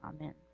Amen